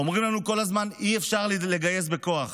אומרים לנו כל הזמן: אי-אפשר לגייס בכוח.